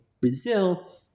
Brazil